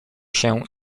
się